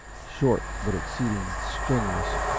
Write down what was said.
short but exceeding strenuous,